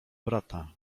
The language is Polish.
brata